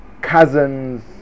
cousins